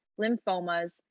lymphomas